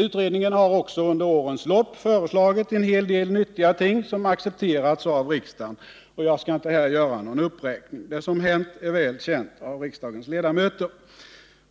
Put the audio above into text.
Utredningen har under årens lopp föreslagit en hel del nyttiga ting, som accepterats av riksdagen. Jag skall här inte göra någon uppräkning. Det som hänt är väl känt av riksdagens ledamöter.